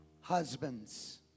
Husbands